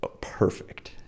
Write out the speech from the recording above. perfect